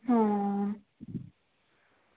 हां